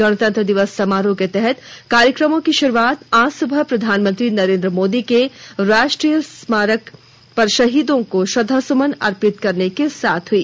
गणतंत्र दिवस समारोह के तहत कार्यक्रमों की शुरूआत आज सुबह प्रधानमंत्री नरेन्द्र मोदी के राष्ट्रीय समर स्मारक पर शहीदों को श्रद्धासुमन अर्पित करने के साथ हई